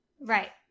right